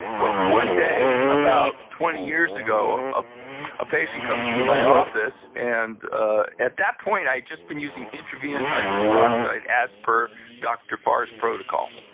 well, one day about twenty years ago, a ah patient comes into my office. and ah at that point, i'd just been using intravenous hydrogen peroxide as per doctor farr's protocol.